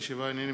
סליחה,